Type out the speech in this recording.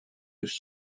just